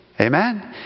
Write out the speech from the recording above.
Amen